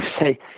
say